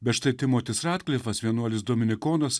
bet štai timotis ratklifas vienuolis dominikonas